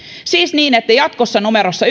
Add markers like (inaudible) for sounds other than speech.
siis jatkossa numerossa (unintelligible)